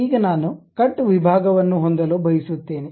ಈಗ ನಾನು ಕಟ್ ವಿಭಾಗವನ್ನು ಹೊಂದಲು ಬಯಸುತ್ತೇನೆ